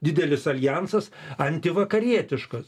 didelis aljansas antivakarietiškas